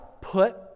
put